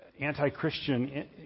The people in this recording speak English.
anti-Christian